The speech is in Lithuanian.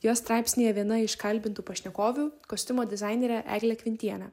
jos straipsnyje viena iš kalbintų pašnekovių kostiumo dizainerė eglė kvintienė